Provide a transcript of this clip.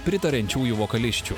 pritariančiųjų vokalisčių